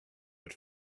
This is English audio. but